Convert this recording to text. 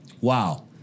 Wow